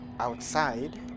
Outside